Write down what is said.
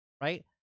right